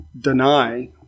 deny